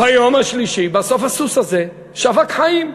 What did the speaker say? ביום השלישי, בסוף הסוס הזה שבק חיים.